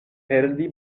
perdi